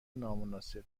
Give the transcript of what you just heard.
نامناسب